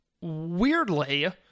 weirdly